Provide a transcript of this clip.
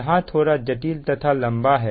यहां थोड़ा जटिल तथा लंबा है